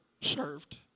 served